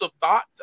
thoughts